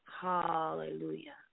Hallelujah